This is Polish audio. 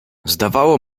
zdawało